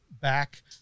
back